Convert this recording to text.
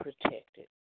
protected